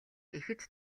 ихэд